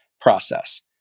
process